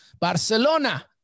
Barcelona